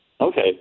Okay